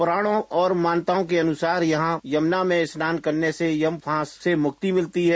पुराणों और मान्यता के अनुसार यहां यमुना में स्नान करने से यम फंस से मुक्ति मिलती है